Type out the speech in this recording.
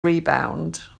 rebound